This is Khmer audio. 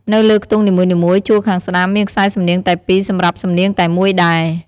នៅលើខ្ទង់នីមួយៗ ជួរខាងស្ដាំ មានខ្សែសំនៀងតែ២សំរាប់សំនៀងតែមួយដែរ។